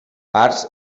arts